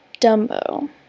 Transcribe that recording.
Dumbo